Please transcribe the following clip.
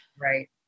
Right